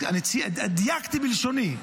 דייקתי בלשוני.